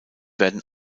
werden